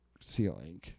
ceiling